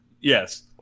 Yes